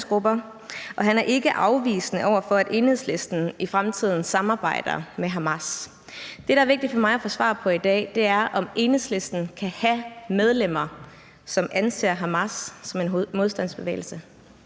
Han er ikke afvisende over for, at Enhedslisten i fremtiden samarbejder men Hamas. Det, der er vigtigt for mig at få svar på i dag, er, om Enhedslisten kan have medlemmer, som anser Hamas som en modstandsbevægelse.